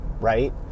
right